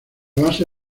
base